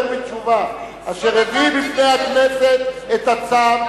בתשובה אשר הביא בפני הכנסת את הצו,